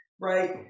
right